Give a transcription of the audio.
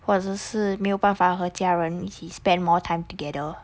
或者是没有办法和家人一起 spend more time together